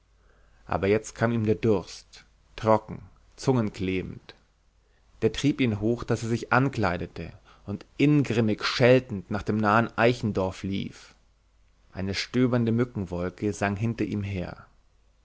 aber jetzt kam ihm der durst trocken zungenklebend der trieb ihn hoch daß er sich ankleidete und ingrimmig scheltend nach dem nahen eichendorf lief eine stöbernde mückenwolke sang hinter ihm her